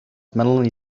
melanie